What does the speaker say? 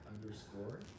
underscore